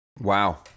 Wow